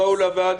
לו היה